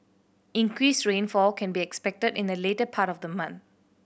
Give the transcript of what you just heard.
increased rainfall can be expected in the later part of the month